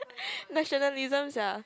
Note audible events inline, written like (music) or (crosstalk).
(laughs) nationalism sia